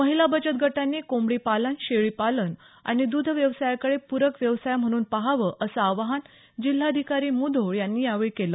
महिला बचत गटांनी कोंबडी पालन शेळी पालन आणि द्ध व्यवसायाकडे प्रक व्यवसाय म्हणून पहावं असे आवाहन जिल्हाधिकारी मुधोळ यांनी यावेळी केलं